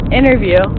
interview